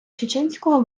чеченського